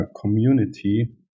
community